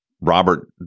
Robert